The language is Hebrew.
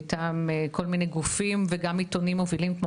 מטעם כל מיני גופים וגם עיתונים מובילים כמו